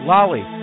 Lolly